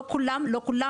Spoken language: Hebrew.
לא כולם.